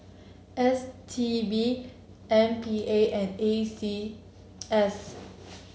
S T B M P A and A C S